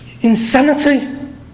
Insanity